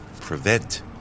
prevent